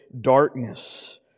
darkness